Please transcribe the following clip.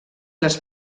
les